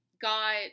got